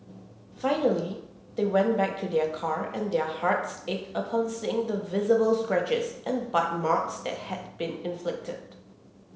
finally they went back to their car and their hearts ached upon seeing the visible scratches and bite marks that had been inflicted